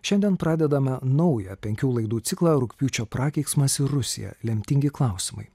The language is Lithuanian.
šiandien pradedame naują penkių laidų ciklą rugpjūčio prakeiksmas ir rusija lemtingi klausimai